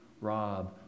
rob